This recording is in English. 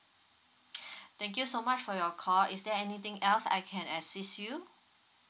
thank you so much for your call is there anything else I can assist you